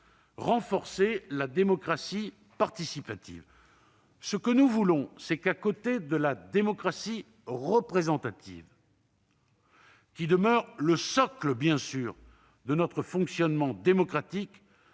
renforcer la démocratie participative. Ce que nous voulons, c'est qu'à côté de la démocratie représentative, qui demeure le socle de notre fonctionnement démocratique,